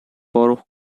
borough